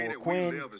Quinn